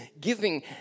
giving